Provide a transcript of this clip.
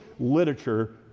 literature